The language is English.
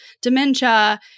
dementia